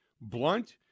blunt